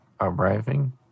arriving